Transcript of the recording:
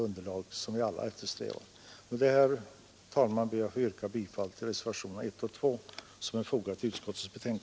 Jag ber att med detta få yrka bifall till reservationerna 1 och 2.